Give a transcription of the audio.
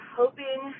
hoping